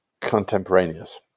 contemporaneous